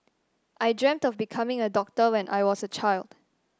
I dreamt of becoming a doctor when I was a child